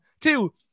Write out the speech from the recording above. two